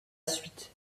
suite